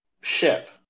ship